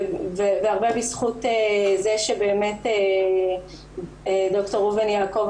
ובהרבה בזכות זה שד"ר ראובן יעקב,